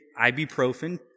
ibuprofen